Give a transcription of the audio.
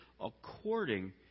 according